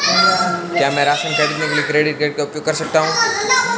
क्या मैं राशन खरीदने के लिए क्रेडिट कार्ड का उपयोग कर सकता हूँ?